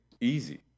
easy